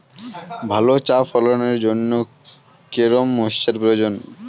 ভালো চা ফলনের জন্য কেরম ময়স্চার প্রয়োজন?